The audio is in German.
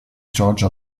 georgia